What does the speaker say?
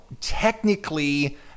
technically